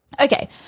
Okay